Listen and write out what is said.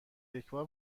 یکبار